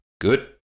Good